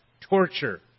torture